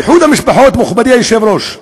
איחוד משפחות, מכובדי היושב-ראש,